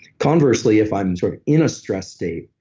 conversely, if i'm sort of in a stress state,